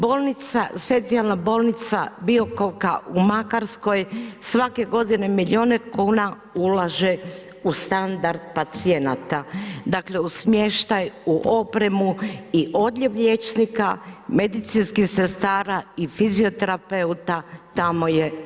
Bolnica, specijalna bolnica Biokovka u Makarskoj svake godine milijune kuna ulaže u standard pacijenata, dakle u smještaj, u opremu i odljev liječnika, medicinskih sestara i fizioterapeuta tamo je nula.